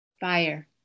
fire